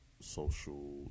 social